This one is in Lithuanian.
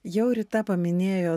jau rita paminėjo